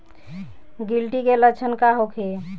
गिलटी के लक्षण का होखे?